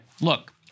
look-